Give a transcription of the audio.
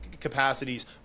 capacities